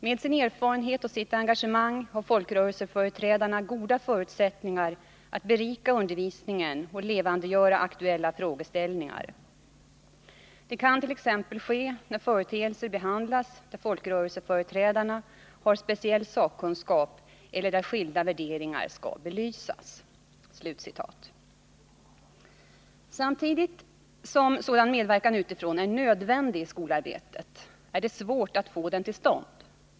Med sin erfarenhet och sitt engagemang har folkrörelseföreträdarna goda förutsättningar att berika undervisningen och levandegöra aktuella frågeställningar. Det kan t.ex. ske när företeelser behandlas där folkrörelseföreträdare har speciell sakkunskap eller där skilda värderingar ska belysas.” Samtidigt som sådan medverkan utifrån är nödvändig i skolarbetet är det svårt att få den till stånd.